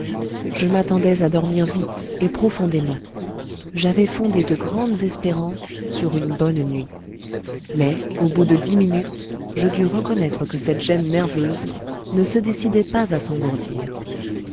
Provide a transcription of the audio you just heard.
je m'attendais à dormir vite et profondément j'avais fondé de grandes espérances sur une bonne nuit mais au bout de dix minutes je dus reconnaître que cette gêne nerveuse ne se décidait pas à s'engourdir